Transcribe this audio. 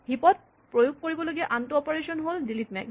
heap ত প্ৰয়োগ কৰিবলগীয়া আনটো অপাৰেচন হ'ল ডিলিট মেক্স